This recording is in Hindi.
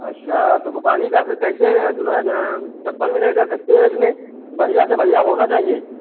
अच्छा तो रुपानी का फिर कैसे दुन्हा जन चप्पल मिलेगा कितने रेट में बढ़िया से बढ़िया होना चाहिए